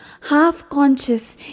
half-conscious